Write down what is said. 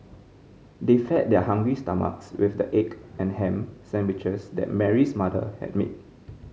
they fed their hungry stomachs with the egg and ham sandwiches that Mary's mother had made